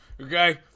Okay